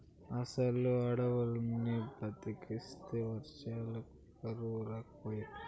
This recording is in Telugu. అసలు అడవుల్ని బతకనిస్తే వర్షాలకు కరువే రాకపాయే